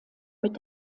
mit